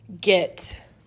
get